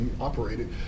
operated